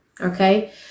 okay